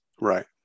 right